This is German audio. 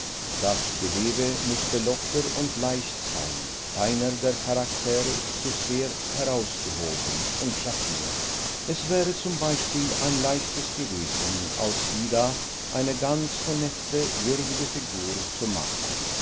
das gewebe mußte locker und leicht sein keiner der charaktere zu sehr herausgehoben und schattiert es wäre z b ein leichtes gewesen aus ida eine ganz honette würdige figur zu machen